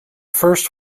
first